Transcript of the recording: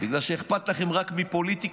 בגלל שאכפת לכם רק מפוליטיקה,